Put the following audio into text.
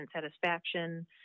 satisfaction